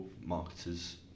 marketers